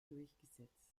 durchgesetzt